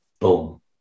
Boom